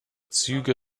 züge